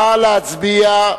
נא להצביע.